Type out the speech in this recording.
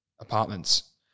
apartments